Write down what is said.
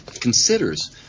considers